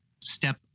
step